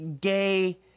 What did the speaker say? gay